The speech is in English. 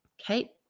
okay